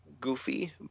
goofy